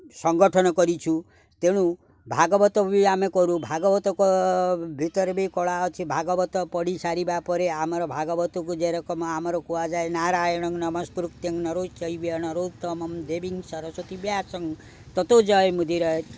ସଂଗଠନ କରିଛୁ ତେଣୁ ଭାଗବତ ବି ଆମେ କରୁ ଭାଗବତଙ୍କ ଭିତରେ ବି କଳା ଅଛି ଭାଗବତ ପଢ଼ି ସାରିବା ପରେ ଆମର ଭାଗବତକୁ ଯେ ରକମ ଆମର କୁହାଯାଏ ନାରାୟଣଂ ନମସ୍ପୃତ୍ୟମ୍ ନ ରହୁ ଜୈବି ନରୋ ତମମ୍ ଦେବୀ ସରସ୍ଵତୀ ବ୍ୟାସ ତତ୍ୱ ଜୟମୁଦିରତେ